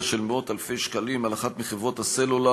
של מאות-אלפי שקלים על אחת מחברות הסלולר